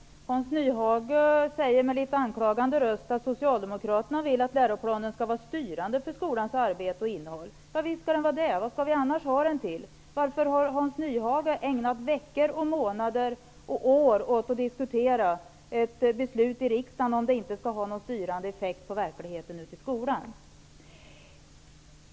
Herr talman! Hans Nyhage säger med anklagande röst att socialdemokraterna vill att läroplanen skall vara styrande för skolans arbete och innehåll. Ja visst skall den vara det! Vad skall vi annars ha den till? Varför har Hans Nyhage ägnat veckor och månader och år åt att diskutera ett beslut i riksdagen om det inte skall ha någon styrande effekt på verkligheten ute i skolan?